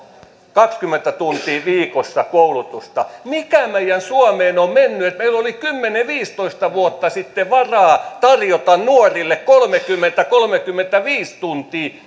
kaksikymmentä tuntia viikossa koulutusta mikä meidän suomeemme on mennyt kun meillä oli kymmenen viiva viisitoista vuotta sitten varaa tarjota nuorille kolmekymmentä viiva kolmekymmentäviisi tuntia